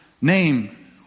name